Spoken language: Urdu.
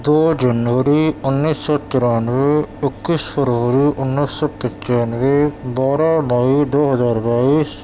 دو جنوری انیس سو ترانوے اکیس فروری انیس سو پچیانوے بارہ بھائی دو ہزار بائیس